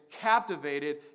captivated